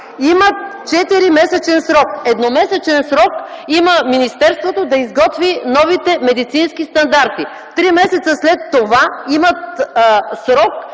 Има 4-месечен срок. Едномесечен срок има министерството да изготви новите медицински стандарти. Три месеца след това лечебните